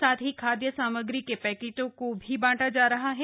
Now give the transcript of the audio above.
साथ ही खाद्य सामग्री के पैकेटों को भी बांटा जा रहा है